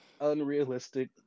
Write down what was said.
unrealistic